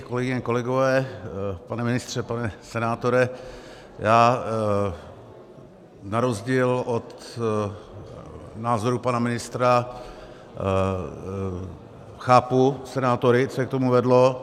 Kolegyně, kolegové, pane ministře, pane senátore, já na rozdíl od názoru pana ministra chápu senátory, co je k tomu vedlo.